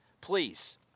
please